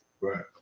right